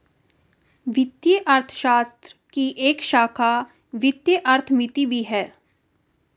वित्तीय अर्थशास्त्र की एक शाखा वित्तीय अर्थमिति भी है